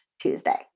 Tuesday